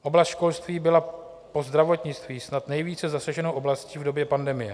Oblast školství byla po zdravotnictví snad nejvíce zasaženou oblastí v době pandemie.